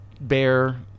bear